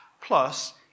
Plus